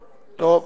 טוב.